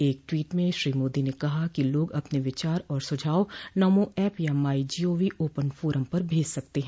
एक टवीट में श्री मोदी ने कहा कि लोग अपने विचार और सुझाव नमो ऐप या माई जीओवी ओपन फोरम पर भेज सकते हैं